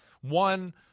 One